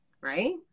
right